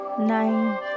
nine